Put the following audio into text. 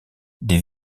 des